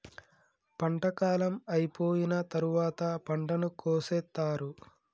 పంట కాలం అయిపోయిన తరువాత పంటను కోసేత్తారు